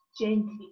gently